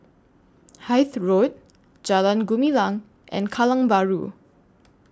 Hythe Road Jalan Gumilang and Kallang Bahru